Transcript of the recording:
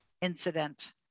incident